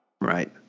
Right